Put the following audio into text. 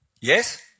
Yes